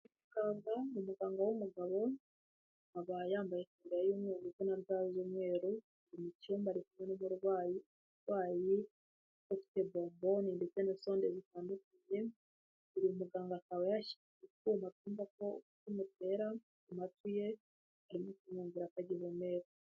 Umuganga, ni umuganga w'umugabo, akaba yambaye itaburiya y'umweru, ubwo na ga z'umweru, ari mu cyumba ari kumwe n'umurwayi, umurwayi ufite bomboni ndetse na sonde zitandukanye, uyu muganga akaba yashyize utwuma twumva uko umutima utera amatwi ye ndetse n'utwumwumvira ko agihumeka.